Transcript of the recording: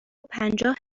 پنجاه